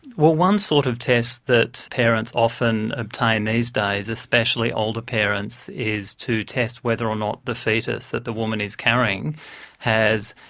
well, one sort of test that parents often obtain these days, especially older parents, is to test whether or not the foetus that the woman is carrying has,